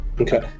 okay